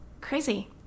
crazy